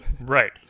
Right